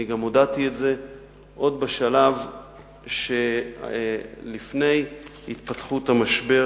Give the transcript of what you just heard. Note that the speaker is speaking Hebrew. אני גם הודעתי את זה עוד בשלב שלפני התפתחות המשבר